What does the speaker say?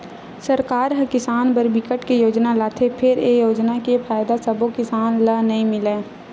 सरकार ह किसान बर बिकट के योजना लाथे फेर ए योजना के फायदा सब्बो किसान ल नइ मिलय